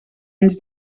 anys